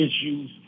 issues